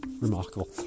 Remarkable